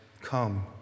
Come